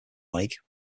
lake